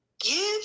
gives